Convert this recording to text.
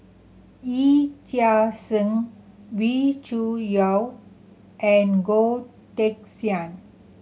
Yee Chia Hsing Wee Cho Yaw and Goh Teck Sian